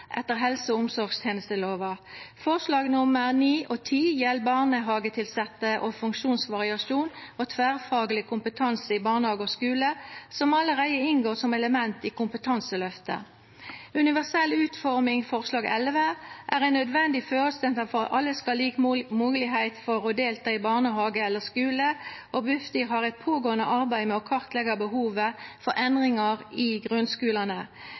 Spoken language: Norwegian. etter helse- og omsorgstenestelova. Forslaga nr. 9 og 10 gjeld barnehagetilsette og kompetanse på funksjonsvariasjon og tverrfagleg kompetanse i barnehage og skule som allereie inngår som element i kompetanseløftet. Universell utforming, forslag nr. 11, er ein nødvendig føresetnad for at alle skal ha lik moglegheit til å delta i barnehage eller skule, og Bufdir har eit pågåande arbeid med å kartleggja behovet for endringar i grunnskulane.